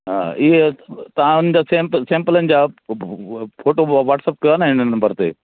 हा इहे तव्हां सेंपलनि सेंपलनि जा फ फ फोटो वाट्सअप कयो हा न हिन नम्बर ते